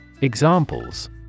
Examples